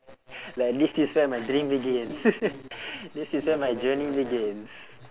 like this is where my dream begins this is where my journey begins